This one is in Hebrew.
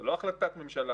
זה לא החלטת ממשלה